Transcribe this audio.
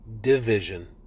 division